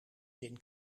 zin